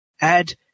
Add